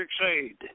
Aid